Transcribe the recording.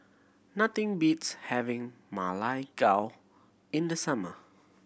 nothing beats having Ma Lai Gao in the summer